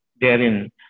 therein